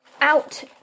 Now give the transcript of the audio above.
out